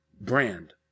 brand